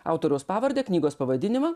autoriaus pavardę knygos pavadinimą